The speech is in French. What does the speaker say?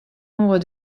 nombre